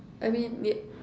I mean